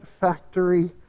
factory